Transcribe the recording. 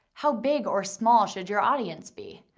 how big or small should your audience be?